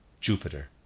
Jupiter